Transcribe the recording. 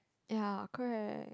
ya correct